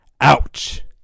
Ouch